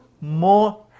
More